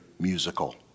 musical